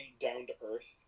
down-to-earth